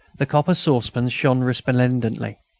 the copper saucepans shone resplendently.